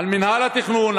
על מינהל התכנון,